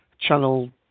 channel